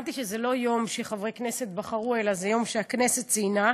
הבנתי שזה לא יום שחברי כנסת בחרו אלא זה יום שהכנסת ציינה,